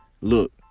Look